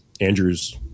Andrew's